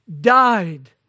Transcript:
died